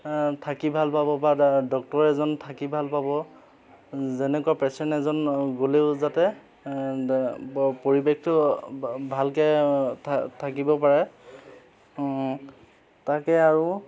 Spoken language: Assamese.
থাকি ভাল পাব বা ডক্তৰ এজন থাকি ভাল পাব যেনেকুৱা পেচেণ্ট এজন গ'লেও যাতে পৰিৱেশটো ভালকৈ থাকিব পাৰে তাকে আৰু